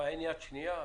אין יד שנייה?